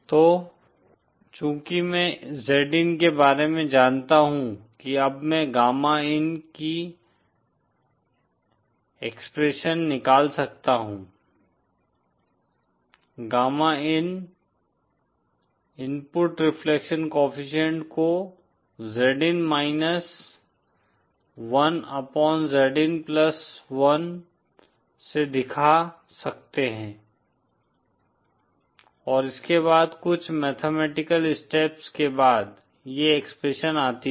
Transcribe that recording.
तो चूँकि मैं Zin के बारे में जानता हूँ कि अब में गामा इन की एक्सप्रेशन निकाल सकता हूँ gamma in input reflection coefficient को Zin minus 1 upon Zin plus 1 से दिखा सकते हैं और इसके बाद कुछ मैथमेटिकल स्टेप्स के बाद ये एक्सप्रेशन आती हैं